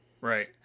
Right